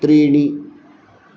त्रीणि